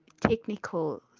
technical